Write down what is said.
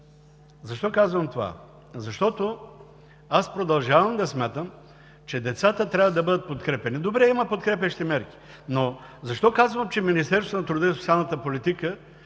Защо казвам това? Защото аз продължавам да смятам, че децата трябва да бъдат подкрепяни. Добре, има подкрепящи мерки. Защо обаче казвам, че Министерството на труда и социалната политика